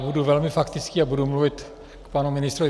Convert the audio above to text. Budu velmi faktický a budu mluvit k panu ministrovi.